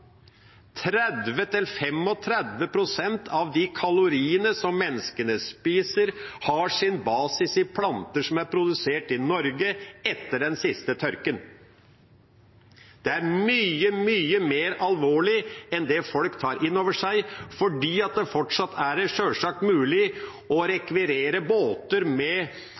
av de kaloriene som menneskene spiser, har sin basis i planter som er produsert i Norge etter den siste tørken. Det er mye, mye mer alvorlig enn det folk tar inn over seg. Fortsatt er det sjølsagt mulig å rekvirere båter med